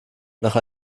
nach